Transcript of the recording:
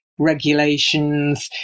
regulations